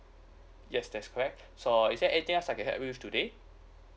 yes that's correct so is there anything else I can help you today